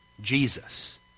Jesus